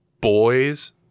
boys